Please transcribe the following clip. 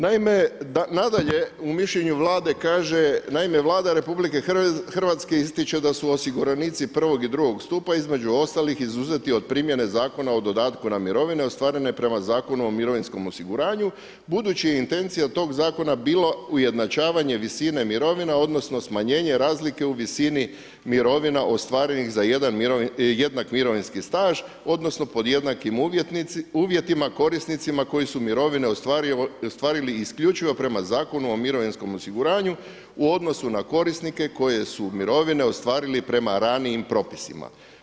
Nadalje, u mišljenju Vlade kaže: Naime, Vlada RH ističe da su osiguranici prvog i drugog stupa između ostalih izuzeti od primjene Zakona o dodatku na mirovine ostvarene prema Zakonu o mirovinskom osiguranju budući je intencija tog Zakona bilo ujednačavanje visine mirovina, odnosno smanjenje razlike u visini mirovina ostvarenih za jednak mirovinski staž, odnosno pod jednakim uvjetima korisnicima koji su mirovine ostvarili isključivo prema Zakonu o mirovinskom osiguranju u odnosu na korisnike koji su mirovine ostvarili prema ranijim propisnicima.